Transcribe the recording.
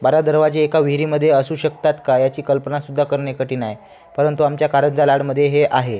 बारा दरवाजे एका विहिरीमध्ये असू शकतात का याची कल्पनासुद्धा करणे कठीण आहे परंतु आमच्या कारंजा लाडमध्ये हे आहे